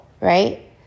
right